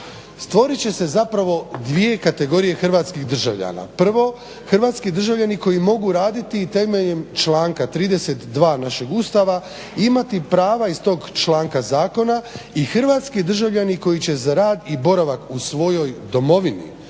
Stvorit će se zapravo dvije kategorije hrvatskih državljana. Prvo, hrvatski državljani koji mogu raditi i temeljem članka 32. našeg Ustava imati prava iz tog članka zakona i hrvatski državljani koji će za rad i boravak u svojoj domovini